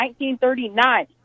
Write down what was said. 1939